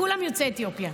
כולם יוצאי אתיופיה.